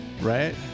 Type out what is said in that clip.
Right